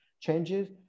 changes